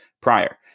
prior